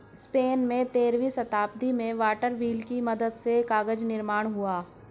Spain में तेरहवीं शताब्दी में वाटर व्हील की मदद से कागज निर्माण हुआ